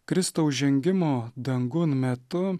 kristaus žengimo dangun metu